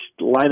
lineup